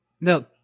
No